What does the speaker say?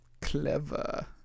Clever